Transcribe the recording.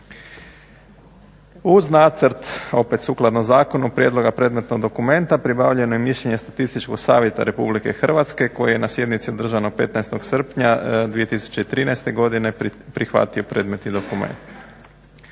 Uz nacrt opet sukladno zakonu prijedloga predmetnog dokumenta pribavljeno je mišljenje Statističkog savjeta Republike Hrvatske koje je na sjednici održanoj 15. srpnja 2013. godine prihvatio predmetni dokument.